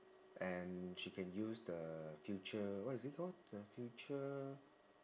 and she can use the future what is it called the future